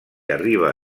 arriba